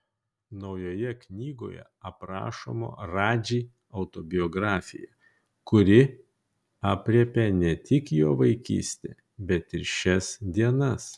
naujoje knygoje aprašoma radži autobiografija kuri aprėpia ne tik jo vaikystę bet ir šias dienas